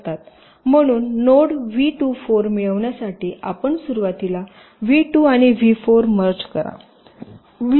म्हणून node V 24 मिळविण्यासाठी आपण सुरुवातीला व्ही 2 आणि व्ही 4 मर्ज करा